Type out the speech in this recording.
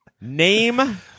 Name